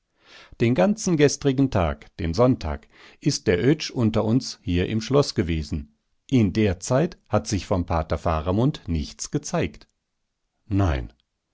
den ganzen gestrigen tag den sonntag ist der oetsch unter uns hier im schloß gewesen in der zeit hat sich vom pater faramund nichts gezeigt nein